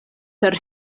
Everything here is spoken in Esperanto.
per